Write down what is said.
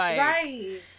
right